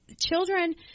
Children